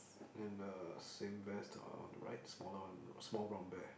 and a same bears are on the right smaller one small brown bear